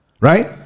Right